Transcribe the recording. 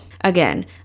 again